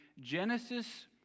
genesis